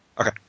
okay